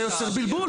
אתה יוצר בלבול.